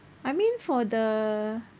I mean for the